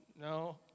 no